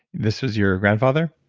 this was your grandfather?